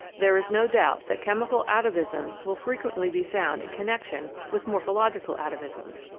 there is no doubt that chemical atavism will frequently be found in connection with morphological atavism.